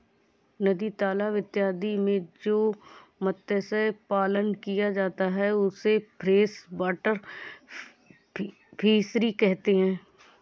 नदी तालाब इत्यादि में जो मत्स्य पालन किया जाता है उसे फ्रेश वाटर फिशरी कहते हैं